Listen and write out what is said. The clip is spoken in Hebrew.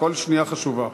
כל שנייה חשובה.